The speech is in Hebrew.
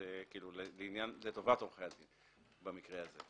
זה לטובת עורכי הדין במקרה הזה.